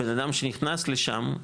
בנאדם שנכנס לשם,